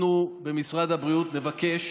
אנחנו במשרד הבריאות נבקש